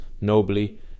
nobly